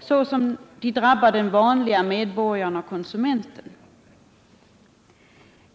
såsom de drabbar den vanlige medborgaren och konsumenten.